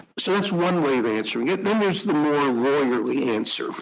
so that's one way of answering it. then there's the more lawyerly answer.